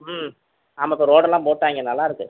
ம் ஆமாம் இப்ப ரோடு எல்லாம் போட்டு விட்டாங்க நல்லா இருக்கிறது